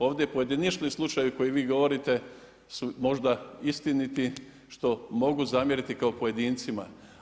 Ovdje pojedinačni slučajevi koje vi govorite su možda istiniti što mogu zamjeriti kao pojedincima.